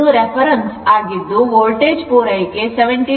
ಇದು ರೆಫರೆನ್ಸ್ ಆಗಿದ್ದು ವೋಲ್ಟೇಜ್ ಪೂರೈಕೆ 70